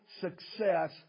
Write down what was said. success